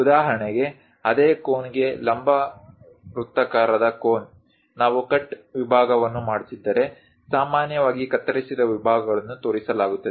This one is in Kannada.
ಉದಾಹರಣೆಗೆ ಅದೇ ಕೋನ್ಗೆ ಲಂಬ ವೃತ್ತಾಕಾರದ ಕೋನ್ ನಾವು ಕಟ್ ವಿಭಾಗವನ್ನು ಮಾಡುತ್ತಿದ್ದರೆ ಸಾಮಾನ್ಯವಾಗಿ ಕತ್ತರಿಸಿದ ವಿಭಾಗಗಳನ್ನು ತೋರಿಸಲಾಗುತ್ತದೆ